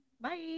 bye